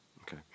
Okay